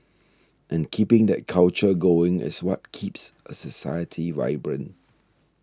and keeping that culture going is what keeps a society vibrant